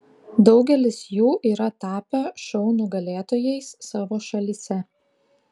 daugelis jų yra tapę šou nugalėtojais savo šalyse